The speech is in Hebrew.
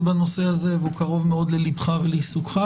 בנושא הזה והוא קרוב מאוד לליבך ועיסוקך,